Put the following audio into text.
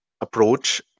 approach